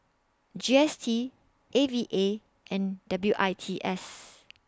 G S T A V A and W I T S